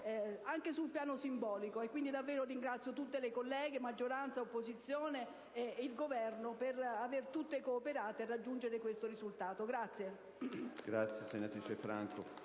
anche sul piano simbolico. Quindi, ringrazio davvero tutte le colleghe, maggioranza e opposizione, e il Governo per aver tutte cooperato a raggiungere questo risultato.